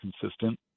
consistent